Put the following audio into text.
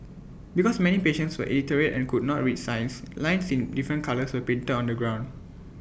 because many patients were illiterate and could not read signs lines in different colours were painted on the ground